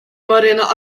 морено